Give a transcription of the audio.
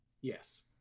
Yes